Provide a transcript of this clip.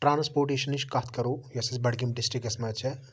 ٹرٛانسپوٹیشَنٕچ کَتھ کرو یۄس اَسہِ بَڈگٲمۍ ڈِسٹِرٛکَس منٛز چھےٚ